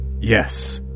Yes